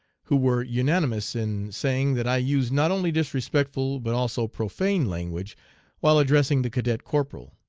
who were unanimous in saying that i used not only disrespectful, but also profane language while addressing the cadet corporal.